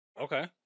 Okay